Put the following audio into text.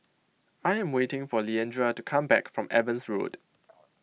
I am waiting for Leandra to come back from Evans Road